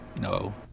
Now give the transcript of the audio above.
No